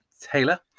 Taylor